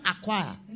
acquire